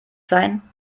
sein